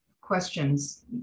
questions